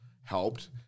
helped